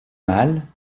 mal